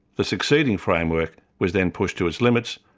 the succeeding framework was then pushed to its limits,